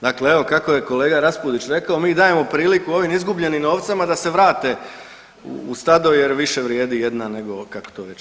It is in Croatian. Dakle, evo kako je kolega Raspudić rekao mi dajemo priliku ovim izgubljenim ovcama da se vrate u stado jer više vrijedi jedna nego kako to već ide tako.